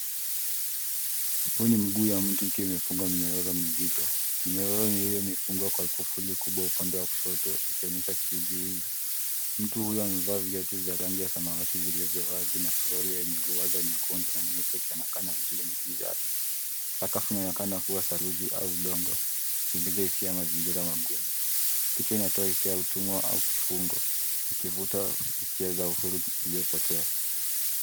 Huu ni miguu ya mtu ukiwa umefunga minyororo mizito. Minyororo hio imefungwa kwa kivuli kubwa upande wa kushoto ikionyesha kizuizi. Mtu huyo amevaa viatu vya rangi ya samawati zilivyo wazi na suruali enye ruwazi nyekundu na nyeupi ikionekana juu ya miguu yake. Sakafu unaonekna kuwa saruji au udongo, ikiingiza hisia ya mazingira mangumu. Picha unatoa hisia utumwa au kifungo ikifuta hisia za ufuriki ulio potea.